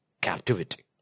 captivity